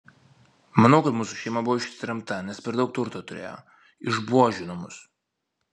manau kad mūsų šeima buvo ištremta nes per daug turto turėjo išbuožino mus